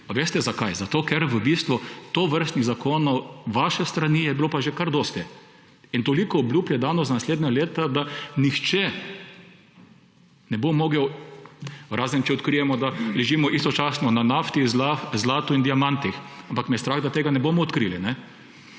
veste, zakaj? Ker v bistvu tovrstnih zakonov z vaše strani je bilo kar dosti. In toliko obljub je dano za naslednja leta, da nihče ne bo mogel, razen če odkrijemo, da ležimo istočasno na nafti, zlatu in diamantih, ampak me je strah, da tega ne bomo odkrili.